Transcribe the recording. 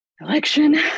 election